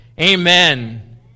Amen